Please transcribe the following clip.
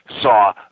saw